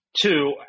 two